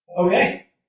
Okay